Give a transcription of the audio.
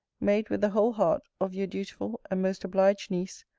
made with the whole heart of your dutiful and most obliged niece,